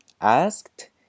asked